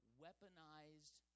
weaponized